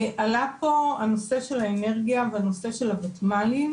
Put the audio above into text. עלה פה הנושא של האנרגיה והנושא של הוותמ"לים,